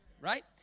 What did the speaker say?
Right